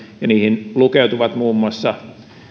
ja niihin lukeutuvat muun muassa